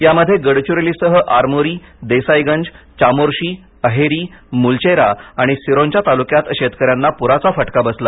यामध्ये गडचिरोलीसह आरमोरी देसाईगंज चामोर्शीअहेरी मुलचेरा आणि सिरोंचा तालुक्यात शेतकऱ्यांना पुराचा फटका बसला